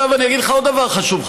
עכשיו אני אגיד לך עוד דבר חשוב,